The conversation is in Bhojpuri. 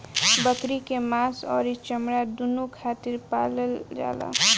बकरी के मांस अउरी चमड़ा दूनो खातिर पालल जाला